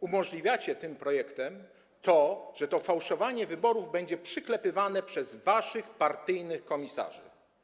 umożliwiacie tym projektem to, że to fałszowanie wyborów będzie przyklepywane przez waszych partyjnych komisarzy.